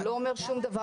זה לא אומר שום דבר